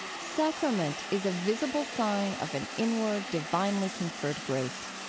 sacrament is a visible sign of an inward divinely conferred grace.